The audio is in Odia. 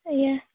ଆଜ୍ଞା